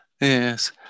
Yes